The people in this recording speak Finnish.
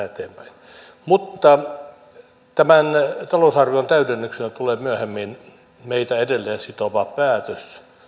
eteenpäin mutta tämän talousarvion täydennyksenä tulee myöhemmin meitä edelleen sitova päätös